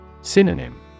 Synonym